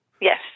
Yes